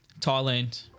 Thailand